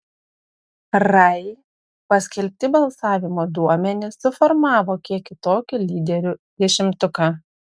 rai paskelbti balsavimo duomenys suformavo kiek kitokį lyderių dešimtuką